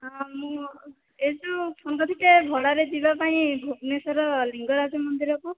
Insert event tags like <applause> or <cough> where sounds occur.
ହଁ ମୁଁ ଏଇ ଯେଉଁ <unintelligible> ଟିକିଏ ଭଡ଼ାରେ ଯିବା ପାଇଁ ଭୁବନେଶ୍ୱର ଲିଙ୍ଗରାଜ ମନ୍ଦିରକୁ